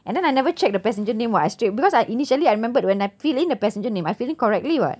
and then I never check the passenger name [what] I straight because I initially I remembered when I fill in the passenger name I fill in correctly [what]